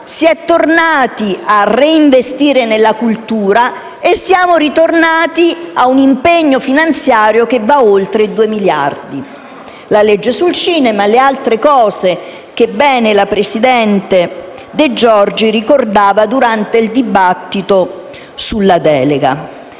si è tornati a reinvestire nella cultura e a un impegno finanziario che va oltre i due miliardi, con la legge sul cinema e gli altri provvedimenti che bene la presidente Di Giorgi ricordava durante il dibattito sul disegno